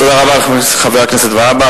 תודה רבה לחבר הכנסת והבה.